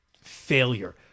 failure